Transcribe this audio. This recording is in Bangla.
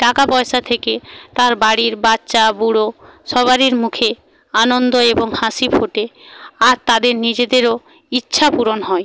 টাকা পয়সা থেকে তার বাড়ির বাচ্চা বুড়ো সবারির মুখে আনন্দ এবং হাসি ফোটে আর তাদের নিজেদেরও ইচ্ছা পূরণ হয়